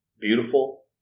beautiful